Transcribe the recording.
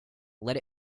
let